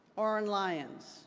o rrin lyons